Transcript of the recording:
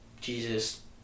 Jesus